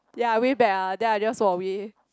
ya I wave back ah then I just walk away